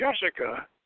Jessica